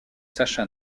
sacha